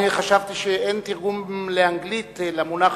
אני חשבתי שאין תרגום לאנגלית למונח